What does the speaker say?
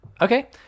Okay